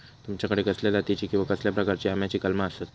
तुमच्याकडे कसल्या जातीची किवा कसल्या प्रकाराची आम्याची कलमा आसत?